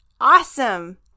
awesome